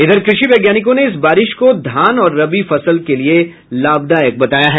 इधर कृषि वैज्ञानिकों ने इस बारिश को धान और रबी फसल के लिये लाभदायक बताया है